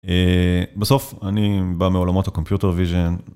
בסוף אני בא מעולמות הקומפיוטר ויז'ן